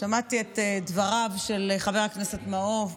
תודה רבה, חבר הכנסת גלעד קריב.